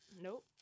nope